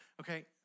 okay